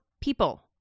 people